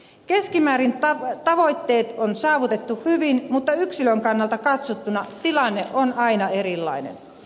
keskimäärin tavoitteet on saavutettu hyvin mutta yksilön kannalta katsottuna tilanne on aina erilainen